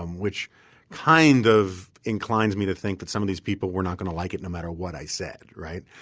um which kind of inclines me to think that some of these people were not going to like it no matter what i said, right?